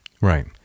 Right